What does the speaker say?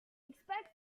expects